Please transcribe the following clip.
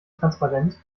transparenz